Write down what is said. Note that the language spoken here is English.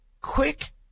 quick